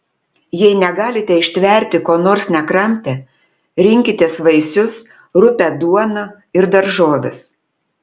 jei negalite ištverti ko nors nekramtę rinkitės vaisius rupią duoną ir daržoves